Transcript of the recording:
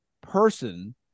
person